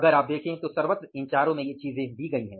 अगर आप देखें तो सर्वत्र इन चारों में ये चीजें दी गई हैं